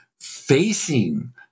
facing